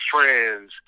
friends